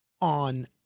on